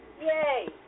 Yay